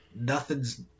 Nothing's